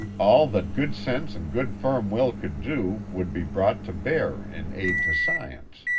all that good sense and good firm will could do would be brought to bear in aid to science.